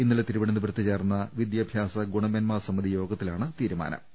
ഇന്നലെ തിരുവനന്തപുരത്ത് ചേർന്ന വിദ്യാഭ്യാസ ഗുണമേന്മാസമിതി യോഗത്തിലാണ് തീരുമാനമെടുത്തത്